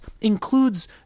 includes